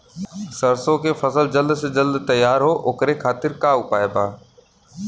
सरसो के फसल जल्द से जल्द तैयार हो ओकरे खातीर का उपाय बा?